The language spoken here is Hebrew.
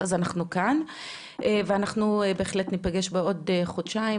אנחנו ניפגש בעוד חודשיים,